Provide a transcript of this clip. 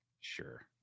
sure